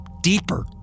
Deeper